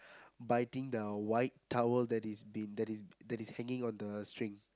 biting the white towel that is been that is that is hanging on the string